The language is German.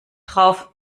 drauf